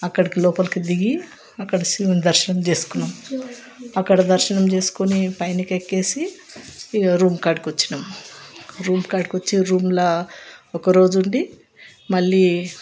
అక్కడికి లోపలికి దిగి అక్కడ శివుని దర్శనం చేసుకున్నాం అక్కడ దర్శనం చేసుకుని పైన ఎక్కి ఇక రూమ్ కాడికి వచ్చినాం రూమ్ కాడికి వచ్చి రూములో ఒకరోజు ఉండి మళ్ళీ